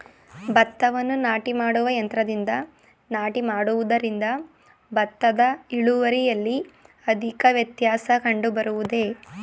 ಭತ್ತವನ್ನು ನಾಟಿ ಮಾಡುವ ಯಂತ್ರದಿಂದ ನಾಟಿ ಮಾಡುವುದರಿಂದ ಭತ್ತದ ಇಳುವರಿಯಲ್ಲಿ ಅಧಿಕ ವ್ಯತ್ಯಾಸ ಕಂಡುಬರುವುದೇ?